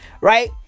right